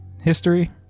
history